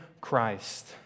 Christ